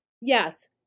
Yes